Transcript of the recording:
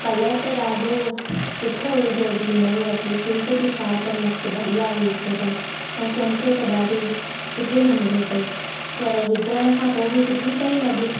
colour त ॾाढो सुठो हुओ जंहिं ॾींहुं नईं वर्ती प्रिंट बि छा त मस्तु बढ़िया हुई हिकदमि ऐं चमके त ॾाढी सुठे नमूने पेई पर विझण खां पोइ बि सुठी पेई लॻे